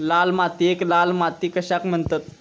लाल मातीयेक लाल माती कशाक म्हणतत?